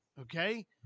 Okay